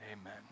amen